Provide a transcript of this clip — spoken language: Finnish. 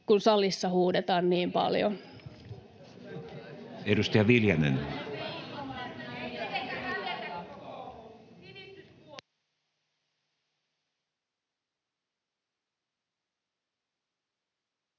kun salissa huudetaan niin paljon.